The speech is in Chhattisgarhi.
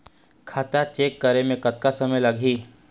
खाता चेक करे म कतक समय लगही?